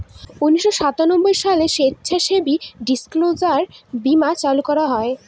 উনিশশো সাতানব্বই সালে স্বেচ্ছাসেবী ডিসক্লোজার বীমা চালু করা হয়